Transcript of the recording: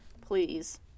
please